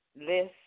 list